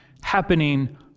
happening